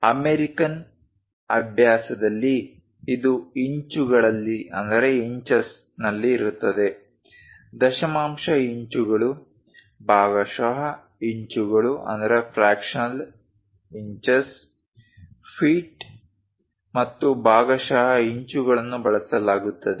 American ಅಭ್ಯಾಸದಲ್ಲಿ ಇದು ಇಂಚುಗಳಲ್ಲಿ ಇರುತ್ತದೆ ದಶಮಾಂಶ ಇಂಚುಗಳು ಭಾಗಶಃ ಇಂಚುಗಳು ಫೀಟ್ ಮತ್ತು ಭಾಗಶಃ ಇಂಚುಗಳನ್ನು ಬಳಸಲಾಗುತ್ತದೆ